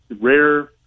rare